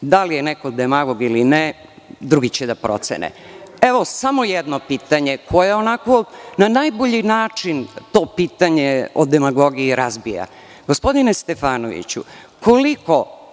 Da li je neko demagog ili ne, drugi će da procene. Evo samo jedno pitanje koje na najbolji način razbija to pitanje o demagogiji. Gospodine Stefanoviću, koliko